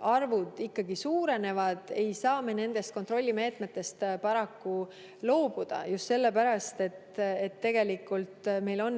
arvud ikkagi suurenevad, ei saa me nendest kontrollimeetmetest paraku loobuda, just sellepärast, et tegelikult meil on